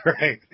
right